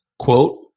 Quote